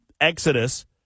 exodus